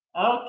Okay